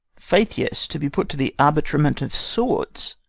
faith, yes, to be put to the arbitrement of swords,